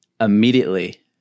Immediately